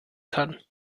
kann